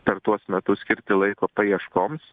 per tuos metus skirti laiko paieškoms